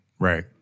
Right